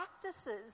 practices